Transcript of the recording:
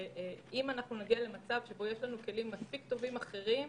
אם נגיע למצב שבו יש לנו כלים מספיק טובים אחרים,